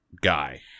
guy